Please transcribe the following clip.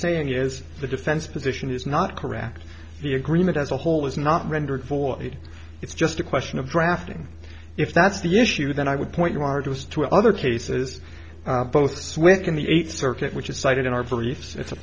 saying is the defense position is not correct the agreement as a whole is not rendered void it's just a question of drafting if that's the issue then i would point you arduous to other cases both swick in the eighth circuit which is cited in our beliefs